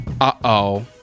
Uh-oh